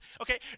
Okay